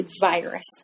virus